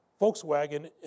Volkswagen